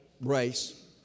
race